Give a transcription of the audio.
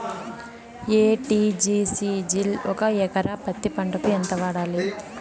ఎ.టి.జి.సి జిల్ ఒక ఎకరా పత్తి పంటకు ఎంత వాడాలి?